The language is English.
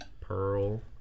Pearl